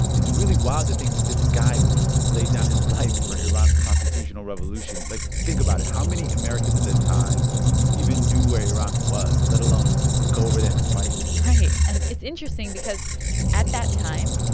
it's really wild to think that this guy would have laid down his life for iran's constitutional revolution. like, think about it. how many americans at that time even knew where iran was, let alone go over there and fight? right. and it's interesting because at that time,